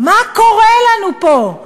מה קורה לנו פה?